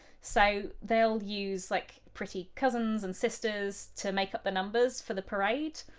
so they'll use, like, pretty cousins and sisters to make up the numbers for the parade.